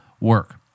work